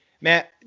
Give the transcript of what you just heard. Matt